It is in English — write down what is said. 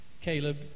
Caleb